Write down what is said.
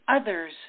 others